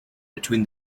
between